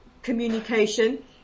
communication